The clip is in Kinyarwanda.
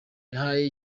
yahawe